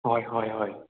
हय हय हय